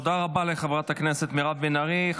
תודה רבה לחברת הכנסת מירב בן ארי.